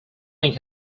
link